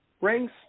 rings